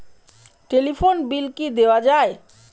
Telephone bill কি দেওয়া যায়?